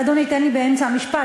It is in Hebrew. אדוני, תן לי, אני באמצע המשפט.